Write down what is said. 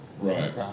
Right